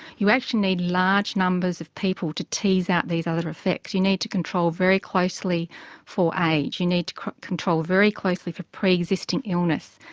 you actually need large numbers of people to tease out these other effects. you need to control very closely for age, you need to control very closely for pre-existing illness.